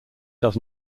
does